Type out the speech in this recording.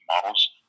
models